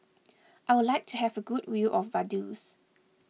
I would like to have a good view of Vaduz